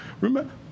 remember